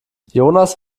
jonas